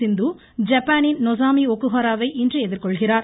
சிந்து ஜப்பானின் நொசோமி ஒக்கோஹோரோவை இன்று எதிர்கொள்கிறார்